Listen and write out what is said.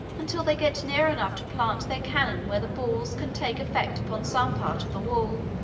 until they get near enough to plant their cannon where the balls can take effect upon some part of the wall.